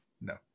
No